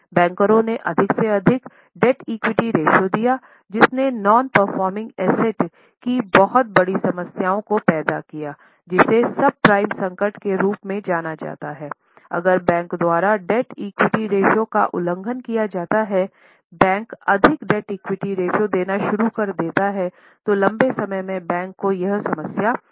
बैंकरों ने अधिक से अधिक डेब्ट इक्विटी रेश्यो देना शुरू कर देता है तो लंबे समय में बैंक को यह समस्या होती है